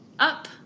up